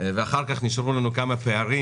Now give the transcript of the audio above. ואחר כך נשארו לנו כמה פערים,